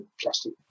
plastic